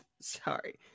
Sorry